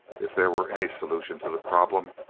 if there were any solution to the problem,